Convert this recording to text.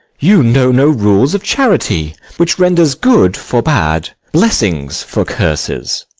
you know no rules of charity, which renders good for bad, blessings for curses.